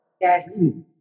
Yes